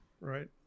right